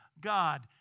God